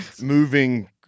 moving